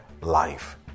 life